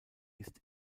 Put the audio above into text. ist